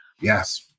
Yes